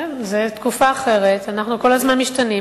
כן, זה תקופה אחרת, ואנחנו כל הזמן משתנים.